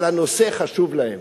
אבל הנושא חשוב להם,